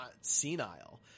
senile